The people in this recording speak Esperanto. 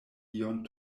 ion